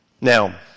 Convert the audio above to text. Now